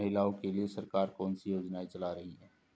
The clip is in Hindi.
महिलाओं के लिए सरकार कौन सी योजनाएं चला रही है?